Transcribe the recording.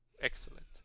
excellent